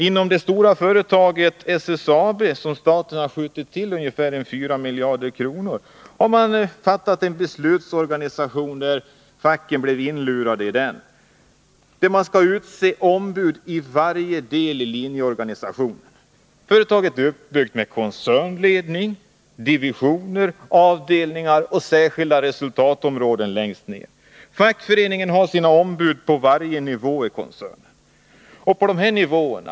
Inom det stora företaget SSAB, till vilket staten har skjutit till ungefär fyra miljarder kronor, har man fastställt en beslutsorganisation som facket blev inlurat i. Man skall utse ombud i varje del av linjeorganisationen. Företaget är uppbyggt med koncernledning, divisioner, avdelningar och längst ned särskilda resultatområden. Fackföreningen har sina ombud på varje nivå i koncernen.